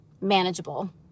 manageable